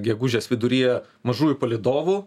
gegužės viduryje mažųjų palydovų